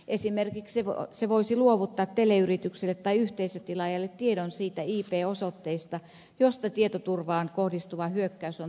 esimerkiksi se voisi luovuttaa teleyrityksille tai yhteisötilaajalle tiedon siitä ip osoitteesta josta tietoturvaan kohdistuva hyökkäys on toteutettu